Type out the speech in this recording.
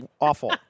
awful